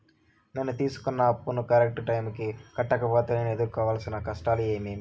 నేను తీసుకున్న అప్పును కరెక్టు టైముకి కట్టకపోతే నేను ఎదురుకోవాల్సిన కష్టాలు ఏమీమి?